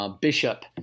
Bishop